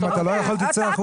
אם אתה לא יכול תצא החוצה.